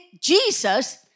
Jesus